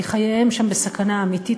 כי חייהם שם בסכנה אמיתית,